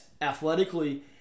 athletically